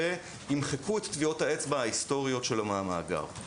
שימחקו את טביעות האצבע ההיסטוריות שלו מהמאגר.